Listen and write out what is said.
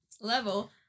level